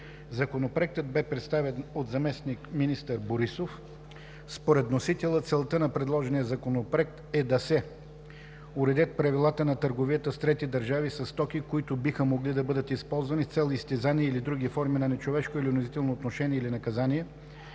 Законопроектът бе представен от заместник-министър Борисов. Според вносителя целта на предложения законопроект е да се уредят правилата на търговията с трети държави със стоки, които биха могли да бъдат използвани с цел изтезания или други форми на нечовешко или унизително отношение или наказание,